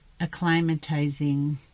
acclimatizing